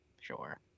Sure